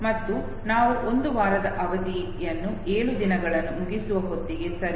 ಮತ್ತು ನಾವು ಒಂದು ವಾರದ ಅವಧಿಯನ್ನು ಏಳು ದಿನಗಳನ್ನು ಮುಗಿಸುವ ಹೊತ್ತಿಗೆ ಸರಿ